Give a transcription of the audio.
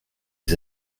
les